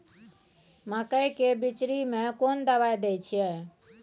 मकई के बिचरी में कोन दवाई दे छै?